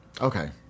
Okay